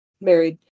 married